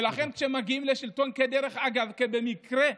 ולכן, כשמגיעים לשלטון כבדרך אגב, במקרה,